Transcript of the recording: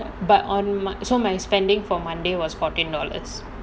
but on my so my spending for monday was fourteen dollars